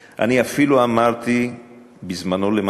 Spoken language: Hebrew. אני אפילו אמרתי בזמנו למנכ"ל "עמידר",